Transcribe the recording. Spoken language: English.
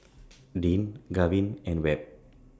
Deane Gavin and Webb